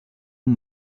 amb